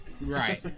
right